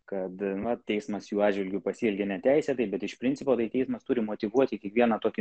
kad na teismas jų atžvilgiu pasielgė neteisėtai bet iš principo tai teismas turi motyvuoti kiekvieną tokį